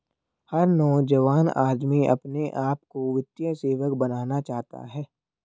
हर नौजवान आदमी अपने आप को वित्तीय सेवक बनाना चाहता है